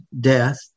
death